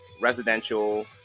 residential